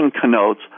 connotes